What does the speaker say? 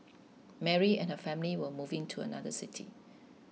Mary and her family were moving to another city